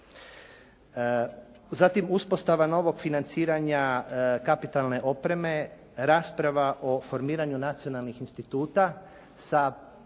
Zatim uspostava novog financiranja kapitalne opreme, rasprava o formiranju nacionalnih instituta sa